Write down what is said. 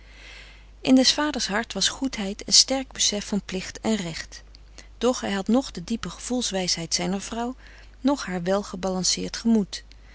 in des vaders hart was goedheid en sterk besef van plicht en recht doch hij had noch de diepe gevoelswijsheid zijner vrouw noch haar wel gebalanceerd gemoed